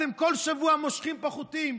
אתם כל שבוע מושכים בחוטים.